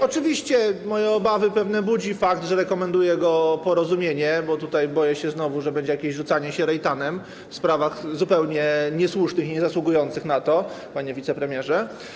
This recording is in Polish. Oczywiście pewne obawy budzi fakt, że rekomenduje go Porozumienie, bo boję się, że znowu będzie jakieś rzucanie się Reytanem w sprawach zupełnie niesłusznych i niezasługujących na to, panie wicepremierze.